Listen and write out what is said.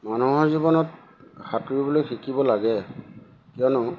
মানুহৰ জীৱনত সাঁতুৰিবলৈ শিকিব লাগে কিয়নো